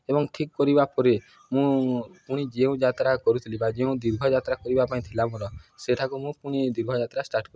ଏବଂ ଠିକ୍ କରିବା ପରେ ମୁଁ ପୁଣି ଯେଉଁ ଯାତ୍ରା କରୁଥିଲି ବା ଯେଉଁ ଦୀର୍ଘଯାତ୍ରା କରିବା ପାଇଁ ଥିଲା ମୋର ସେଠାକୁ ମୁଁ ପୁଣି ଦୀର୍ଘଯାତ୍ରା ଷ୍ଟାର୍ଟ କଲି